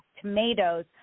tomatoes